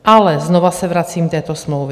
Ale znova se vracím k této smlouvě.